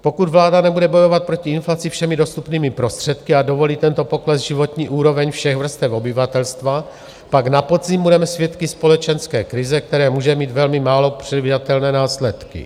Pokud vláda nebude bojovat proti inflaci všemi dostupnými prostředky a dovolí tento pokles životní úrovně všech vrstev obyvatelstva, pak na podzim budeme svědky společenské krize, která může mít velmi málo předvídatelné následky.